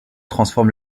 transforme